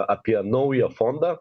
apie naują fondą